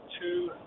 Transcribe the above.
two